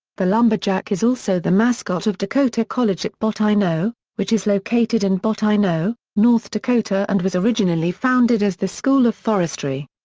the lumberjack is also the mascot of dakota college at bottineau, which is located in bottineau, north dakota and was originally founded as the school of forestry.